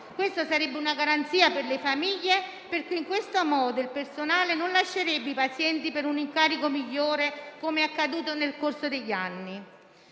Questa sarebbe una garanzia per le famiglie, perché in questo modo il personale non lascerebbe i pazienti per un incarico migliore, come accaduto nel corso degli anni.